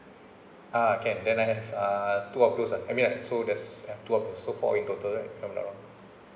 ah can then I have uh two of those ah I mean like so there's ya two of those so four in total right from now on